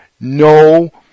no